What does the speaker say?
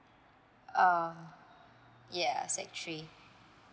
uh ya sec three